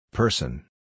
Person